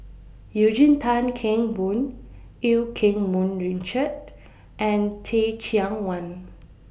Eugene Tan Kheng Boon EU Keng Mun Richard and Teh Cheang Wan